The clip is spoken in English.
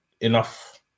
enough